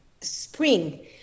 spring